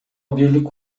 бийлик